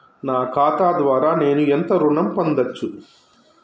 నా ఖాతా ద్వారా నేను ఎంత ఋణం పొందచ్చు?